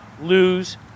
lose